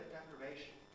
deprivation